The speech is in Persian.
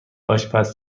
آشپز